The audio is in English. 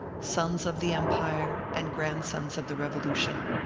sons of the empire and grandsons of the revolution.